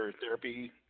therapy